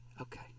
Okay